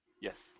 Yes